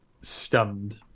stunned